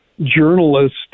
journalist